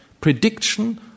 prediction